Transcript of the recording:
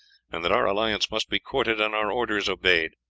and that our alliance must be courted and our orders obeyed.